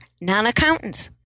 non-accountants